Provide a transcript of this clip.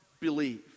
believe